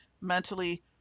mentally